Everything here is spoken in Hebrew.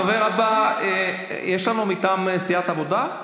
הדובר הבא, יש לנו מטעם סיעת העבודה,